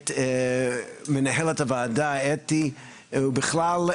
את מנהלת הוועדה אתי שבתאי ובכלל,